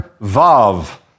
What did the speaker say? vav